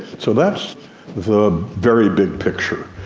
so that's the very big picture.